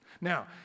Now